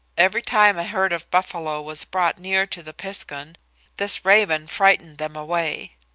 every time a herd of buffalo was brought near to the piskun this raven frightened them away.